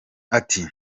ati